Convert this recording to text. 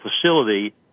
facility